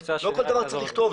לא כל דבר צריך לכתוב.